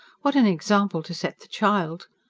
what an example to set the child!